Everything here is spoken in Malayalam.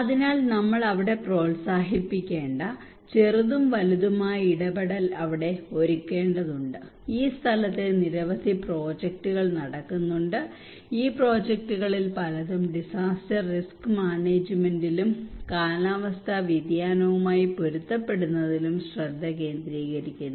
അതിനാൽ നമ്മൾ അവിടെ പ്രോത്സാഹിപ്പിക്കേണ്ട ചെറുതും വലുതുമായ ഇടപെടൽ അവരെ ഒരുക്കേണ്ടതുണ്ട് ഈ സ്ഥലത്ത് നിരവധി പ്രോജക്ടുകൾ നടക്കുന്നുണ്ട് ഈ പ്രോജക്റ്റുകളിൽ പലതും ഡിസാസ്റ്റർ റിസ്ക് മാനേജ്മെന്റിലും കാലാവസ്ഥാ വ്യതിയാനവുമായി പൊരുത്തപ്പെടുന്നതിലും ശ്രദ്ധ കേന്ദ്രീകരിക്കുന്നു